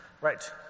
Right